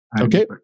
Okay